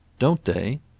don't they?